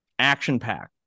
action-packed